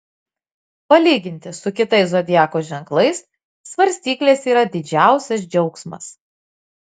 palyginti su kitais zodiako ženklais svarstyklės yra didžiausias džiaugsmas